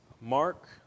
mark